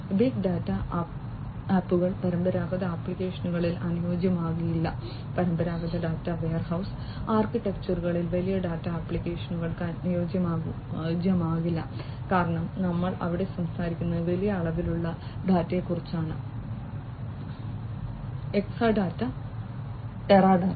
big data ആപ്പുകൾ പരമ്പരാഗത ആപ്ലിക്കേഷനുകളിൽ അനുയോജ്യമാകില്ല പരമ്പരാഗത ഡാറ്റ വെയർഹൌസ് ആർക്കിടെക്ചറുകളിൽ വലിയ ഡാറ്റ ആപ്ലിക്കേഷനുകൾക്ക് അനുയോജ്യമാകില്ല കാരണം നമ്മൾ ഇവിടെ സംസാരിക്കുന്നത് വലിയ അളവിലുള്ള ഡാറ്റയെക്കുറിച്ചാണ് എക്സാഡാറ്റ ടെറാഡാറ്റ